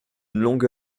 longue